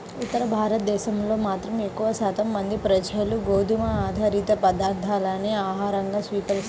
ఉత్తర భారతదేశంలో మాత్రం ఎక్కువ శాతం మంది ప్రజలు గోధుమ ఆధారిత పదార్ధాలనే ఆహారంగా స్వీకరిస్తారు